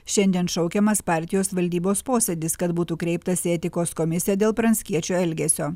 šiandien šaukiamas partijos valdybos posėdis kad būtų kreiptasi į etikos komisiją dėl pranckiečio elgesio